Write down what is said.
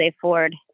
Ford